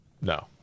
No